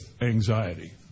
anxiety